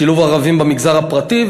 שילוב ערבים במגזר הפרטי,